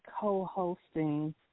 co-hosting